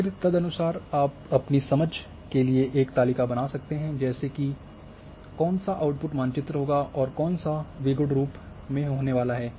और फिर तदनुसार आप अपनी समझ के लिए एक तालिका बना सकते हैं जैसे कि कौन सा आउटपुट मानचित्र होगा और कौन सा द्विगुण रूप में होने वाला है